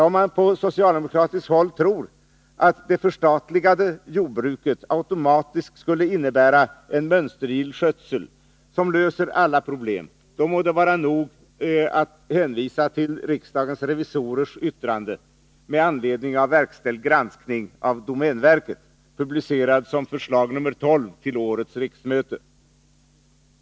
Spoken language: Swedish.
Om man på socialdemokratiskt håll tror att det förstatligade jordbruket automatiskt skulle innebära en mönstergill skötsel, som löser alla problem, må det vara nog att hänvisa till riksdagens revisorers yttrande med anledning av verkställd granskning av domänverket, publicerad som förslag nr 12 till årets riksmöte.